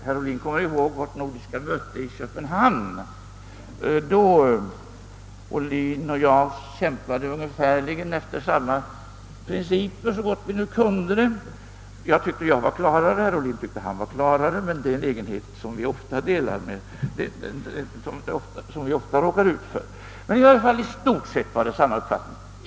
Herr Ohlin kommer nog ihåg nordiska rådets möte i Köpenhamn, då vi kämpade ungefär efter samma principer så gott vi nu kunde detta. Jag tyckte att jag var klarare och herr Ohlin tyckte att han var klarare, men det är en egenhet som vi ofta råkar ut för. I stort sett hade vi dock samma uppfattning.